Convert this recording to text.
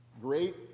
great